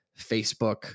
Facebook